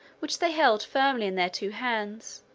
which they held firmly in their two hands,